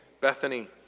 Bethany